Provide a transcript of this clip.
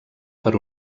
per